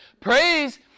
Praise